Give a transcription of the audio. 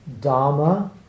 Dharma